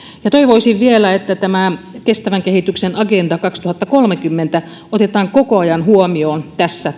ja toivoisin vielä että kestävän kehityksen agenda kaksituhattakolmekymmentä otetaan koko ajan huomioon tässä